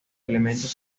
elementos